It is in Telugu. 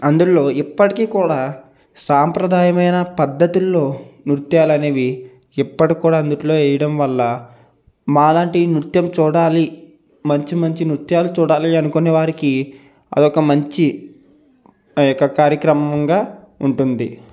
అందులో ఇప్పటికికూడా సాంప్రదాయమైన పద్ధతులో నృత్యాలు అనేవి ఇప్పటికి కూడా అందులో వేయడం వల్ల మాలాంటి నృత్యం చూడాలి మంచి మంచి నృత్యాలు చూడాలి అనుకునే వారికి అది ఒక మంచి ఆ యొక్క కార్యక్రమంగా ఉంటుంది